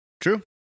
True